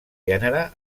gènere